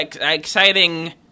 exciting